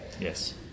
Yes